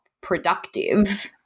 productive